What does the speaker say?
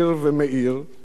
לא יכולת אחרת.